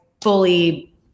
fully